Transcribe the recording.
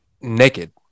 naked